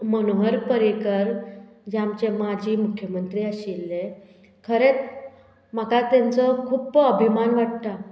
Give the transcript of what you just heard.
मनोहर परिकर जे आमचे माजी मुख्यमंत्री आशिल्ले खरें म्हाका तेंचो खुप्प अभिमान वाडटा